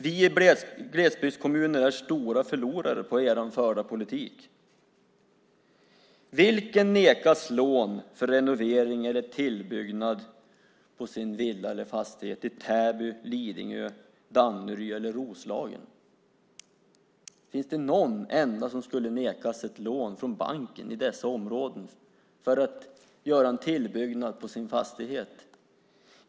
Vi i glesbygdskommunerna är stora förlorare på er förda politik. Vem nekas lån för renovering eller tillbyggnad på sin villa eller fastighet i Täby, Lidingö, Danderyd eller Roslagen? Finns det någon enda som skulle nekas ett lån från banken för en tillbyggnad på sin fastighet i dessa områden?